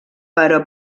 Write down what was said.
però